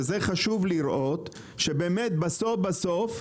שזה חשוב לראות שבאמת בסוף בסוף,